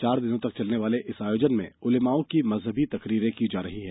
चार दिनों तक चलने वाले इस आयोजन में उलेमाओं की मजहबी तकरीरे की जा रही हैं